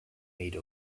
made